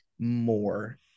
more